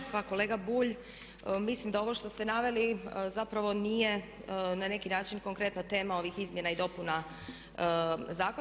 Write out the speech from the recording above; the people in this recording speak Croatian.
Pa kolega Bulj, mislim da ovo što ste naveli zapravo nije na neki način konkretno tema ovih izmjena i dopuna zakona.